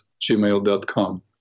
gmail.com